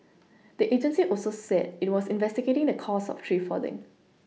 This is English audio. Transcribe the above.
the agency also said it was investigating the cause of the tree falling